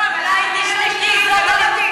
לא, אבל "תשתקי" זה לא מתאים.